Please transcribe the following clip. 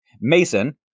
Mason